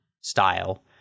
style